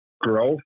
growth